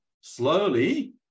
slowly